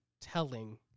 telling